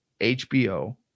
HBO